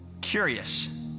curious